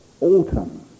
Autumn